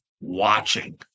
watching